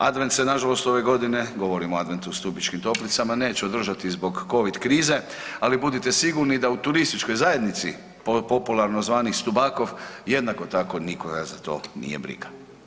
Advent se nažalost ove godine, govorim o Adventu u Stubičkim Toplicama neće održati zbog Covid krize, ali budite sigurni da u turističkoj zajednici, popularno zvani Stubakov, jednako tako, nikoga za to nije briga.